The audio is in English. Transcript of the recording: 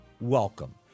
Welcome